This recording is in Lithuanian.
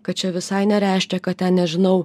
kad čia visai nereiškia kad ten nežinau